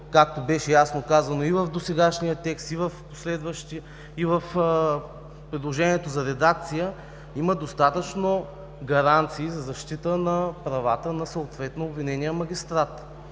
както беше ясно казано и в досегашния текст, и в предложението за редакция, има достатъчно гаранции за защита на правата на съответно обвинения магистрат.